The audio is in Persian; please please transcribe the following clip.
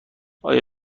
آیا